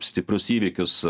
stiprus įvykius